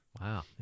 Wow